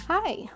Hi